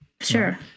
Sure